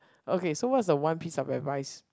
okay so what's the one piece of advice